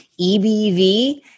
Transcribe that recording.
EBV